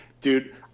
Dude